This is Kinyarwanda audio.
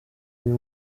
uyu